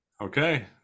Okay